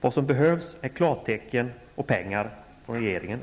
Vad som behövs är klartecken och pengar från regeringen.